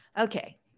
Okay